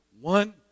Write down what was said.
one